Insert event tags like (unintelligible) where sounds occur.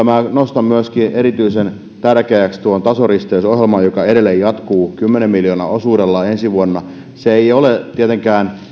(unintelligible) minä nostan kyllä erityisen tärkeäksi myöskin tuon tasoristeysohjelman joka edelleen jatkuu kymmenen miljoonan osuudella ensi vuonna se ei ole tietenkään